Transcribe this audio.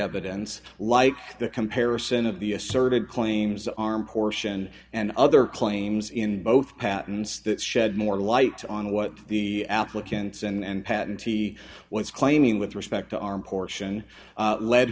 evidence like the comparison of the asserted claims arm portion and other claims in both patents that shed more light on what the applicants and patents he was claiming with respect to arm portion